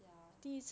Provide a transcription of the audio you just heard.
ya